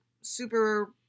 Super